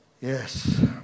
Yes